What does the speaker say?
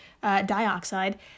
dioxide